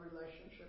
relationship